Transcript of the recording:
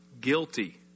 guilty